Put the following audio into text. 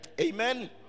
Amen